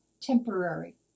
temporary